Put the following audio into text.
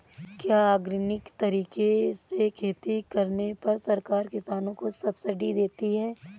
क्या ऑर्गेनिक तरीके से खेती करने पर सरकार किसानों को सब्सिडी देती है?